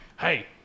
hey